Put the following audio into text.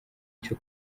cyo